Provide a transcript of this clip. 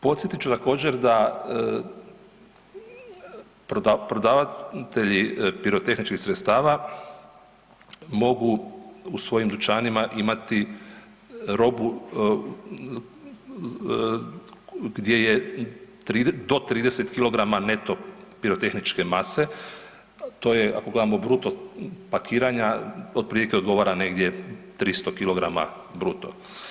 Podsjetit ću također da prodavatelji pirotehničkih sredstava mogu u svojim dućanima imati robu gdje je do 30 kg neto pirotehničke mase, a to je ako gledamo bruto pakiranja otprilike odgovara negdje 300 kg bruto.